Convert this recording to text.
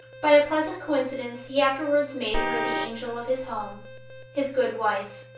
by a pleasant coincidence he afterwards made her the angel of his home his good wife.